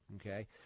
okay